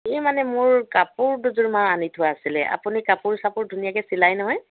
এই মানে মোৰ কাপোৰ দুযোৰমান আনি থোৱা আছিলে আপুনি কাপোৰ চাপোৰ ধুনীয়াকৈ চিলাই নহয়